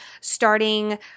starting